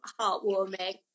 heartwarming